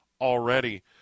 already